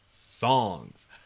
songs